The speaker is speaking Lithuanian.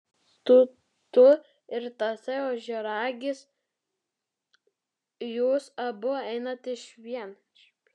tu ir tasai ožiaragis jūs abu einate išvien